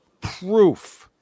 Proof